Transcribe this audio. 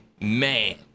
Man